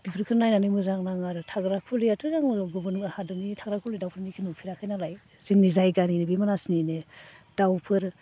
बेफोरखो नायनानै मोजां नाङो आरो थाग्राखुलियाथ' जोंनाव गुबुन हादरोनि थाग्राखुलिनि दाउफोर नुफेराखै नालाय जोंनि जायगानिनो बे मानासनिनो दाउफोर